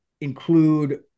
include